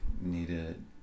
needed